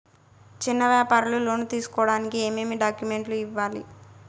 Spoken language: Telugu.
చిన్న వ్యాపారులు లోను తీసుకోడానికి ఏమేమి డాక్యుమెంట్లు ఇవ్వాలి?